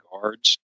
guards